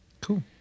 Cool